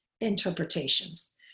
interpretations